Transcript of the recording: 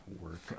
work